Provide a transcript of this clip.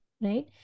right